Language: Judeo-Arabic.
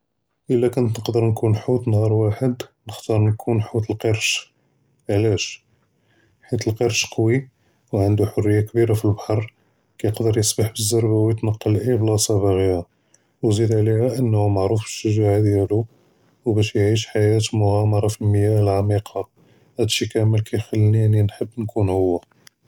אִלָּא כּוֹנְת נְקַדֵּר נְכוּן חוּת נְהַאר וָאחֵד נְחְ'תַאר נְכוּן חוּת אֶלְקִרְש, עְלַאש? חִית אֶלְקִרְש קְוִי וְעְנְדוּ חְרִיַּה כְּבִּירָה פֶּאלְבַּחְר, כַּיְקְדֶר יִסְבַּח בִּזְּרְבָּה וְיִתְנַקַּל לְאַי בְּלַאסָה בָּאגִיהָ, וְזִיד עָלִיהָ אַנָּה מַעְרוּף בִּאֶשְּׁגָּעָה דִּיַאלוּ וּבַאש יְעִיש חְיַאה מֻעַ'אמַרָה פֶּאלְמִיָּאה אֶלְעַמִיקָה, הָאד אֶשִּׁי כַּאמֶל כַּיְחַלִּינִי נְחַב נְכוּן הוּ.